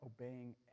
obeying